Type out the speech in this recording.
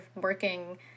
working